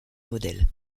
modèle